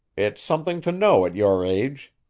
it's something to know at your age.